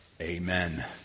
Amen